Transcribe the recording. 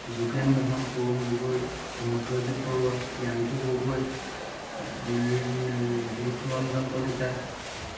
Jogen Mohan Tarun Gogoi Samudrajit Baruah Priyanku Gogoi Rituranjan Kalita